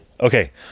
Okay